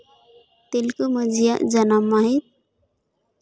ᱛᱤᱞᱠᱟᱹ ᱢᱟᱹᱡᱷᱤᱭᱟᱜ ᱡᱟᱱᱟᱢ ᱢᱟᱹᱦᱤᱛ